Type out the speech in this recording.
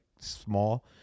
small